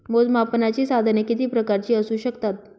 मोजमापनाची साधने किती प्रकारची असू शकतात?